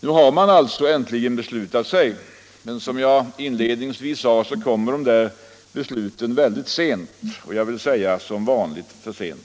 Nu har man äntligen beslutat sig, men som jag inledningsvis sade kommer de där besluten väldigt sent, och jag skulle vilja säga, som vanligt för sent.